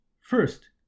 First